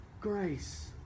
Grace